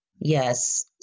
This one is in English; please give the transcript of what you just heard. Yes